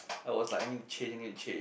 I was like I need to change I need to change